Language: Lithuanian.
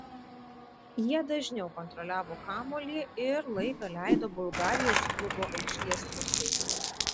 jie dažniau kontroliavo kamuolį ir laiką leido bulgarijos klubo aikštės pusėje